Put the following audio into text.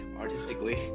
artistically